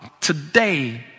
today